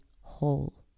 whole